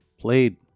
played